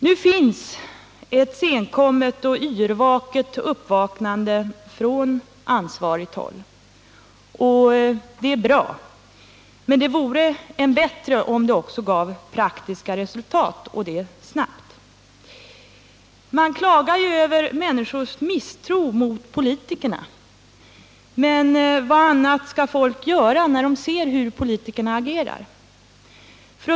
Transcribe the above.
Nu har det skett ett senkommet och yrvaket uppvaknande på ansvarigt håll. Det är bra, men det vore än bättre om det också gav praktiska resultat, och det snabbt. Det klagas ju över människors misstro mot politikerna, men vad annat kan man vänta sig när de ser hur politikerna agerar?